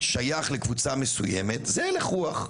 שייך לקבוצה מסויימת - זה הלך רוח.